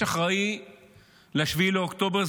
יש אחראי ל-7 באוקטובר,